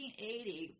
1880